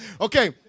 okay